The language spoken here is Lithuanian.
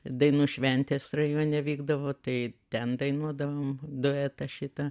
dainų šventės rajone vykdavo tai ten dainuodavom duetą šitą